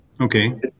okay